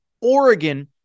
Oregon